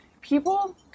people